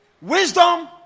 Wisdom